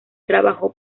trabajó